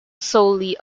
solely